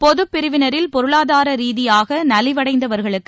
பொதுப் பிரிவினரில் பொருளாதார ரீதியாக நலிவடைந்தவர்களுக்கு